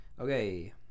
Okay